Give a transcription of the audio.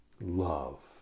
love